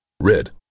Red